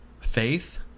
faith